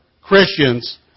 Christians